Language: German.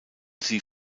sie